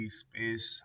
space